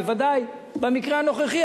ובוודאי במקרה הנוכחי,